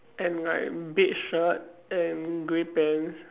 and like beige shirt and grey pants